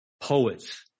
poets